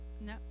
No